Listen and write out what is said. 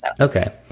Okay